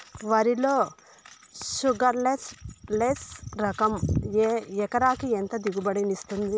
వరి లో sugarless less రకం ఎకరాకి ఎంత దిగుబడినిస్తుంది